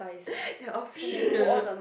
then all